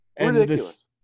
Ridiculous